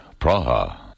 Praha